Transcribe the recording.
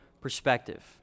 perspective